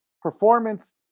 performance